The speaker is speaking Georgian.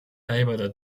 დაიბადა